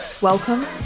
Welcome